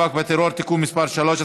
אנחנו עוברים להצעת חוק המאבק בטרור (תיקון מס' 3),